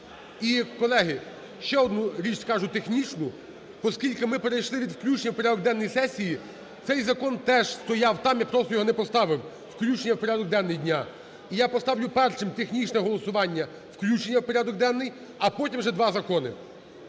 І, колеги, ще одну річ скажу технічну. Оскільки ми перейшли від включення в порядок денний сесії, цей закон теж стояв там, я просто його не поставив, включення в порядок денний дня. І я поставлю першим технічне голосування: включення в порядок денний, - а потім вже два закони.